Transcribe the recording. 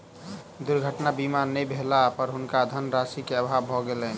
दुर्घटना बीमा नै भेला पर हुनका धनराशि के अभाव भ गेलैन